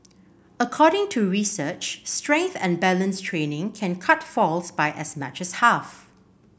according to research strength and balance training can cut falls by as much as half